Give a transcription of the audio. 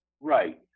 Right